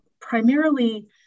primarily